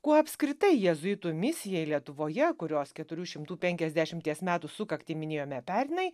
kuo apskritai jėzuitų misijai lietuvoje kurios keturių šimtų penkiasdešimties metų sukaktį minėjome pernai